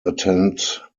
attend